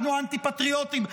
אנחנו אנטי-פטריוטים?